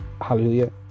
Hallelujah